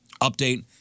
Update